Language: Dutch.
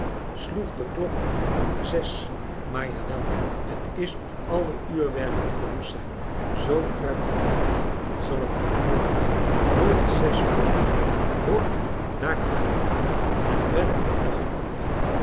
sloeg de klok nu maar zes maar jawel t is of alle uurwerken verroest zijn zoo kruipt de tijd zal het dan nooit nit zes uur worden hoor daar kraait een haan en verder op nog een ander